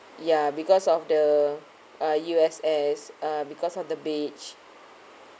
ya because of the uh U_S_S uh because of the beach